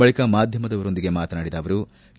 ಬಳಿಕ ಮಾಧ್ಯಮದವರೊಂದಿಗೆ ಮಾತನಾಡಿದ ಅವರು ಕೆ